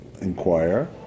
inquire